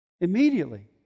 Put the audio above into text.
Immediately